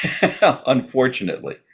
unfortunately